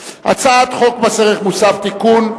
הצעת חוק מס ערך מוסף, תיקון.